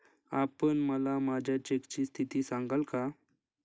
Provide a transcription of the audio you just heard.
आपण मला माझ्या चेकची स्थिती सांगाल का?